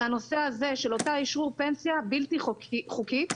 הנושא הזה של אותו אשרור פנסיה הבלתי חוקי,